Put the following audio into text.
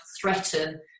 threaten